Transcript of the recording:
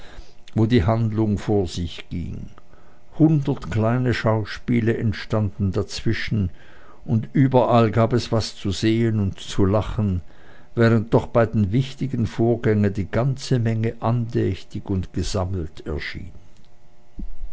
wo die handlung vor sich ging hundert kleine schauspiele entstanden dazwischen und überall gab es was zu sehen und zu lachen während doch bei den wichtigen vorgängen die ganze menge andächtig und gesammelt erschien